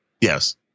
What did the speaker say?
Yes